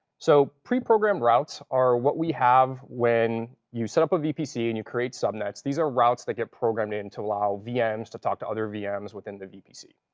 so preprogramed routes are what we have when you set up a vpc, and you create subnets. these are routes that get programmed into allow vms to talk to other vms within the vpc.